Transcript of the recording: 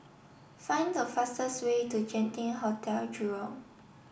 find the fastest way to Genting Hotel Jurong